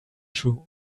true